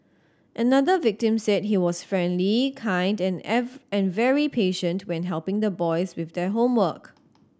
another victim said he was friendly kind and and very patient when helping the boys with their homework